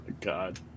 god